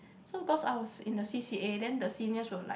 so cause I was in the C_C_A then the seniors were like